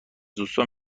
دوستام